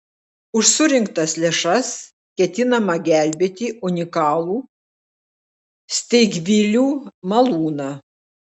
už surinktas lėšas ketinama gelbėti unikalų steigvilių malūną